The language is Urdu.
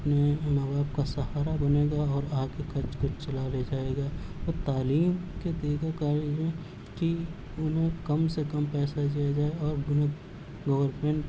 اپنے ماں باپ کا سہارا بنے گا اور آگے گھر کو چلا لے جائے گا اور تعلیم کے دیگر کار کی انہیں کم سے کم پیسہ دیا جائے اور دور ان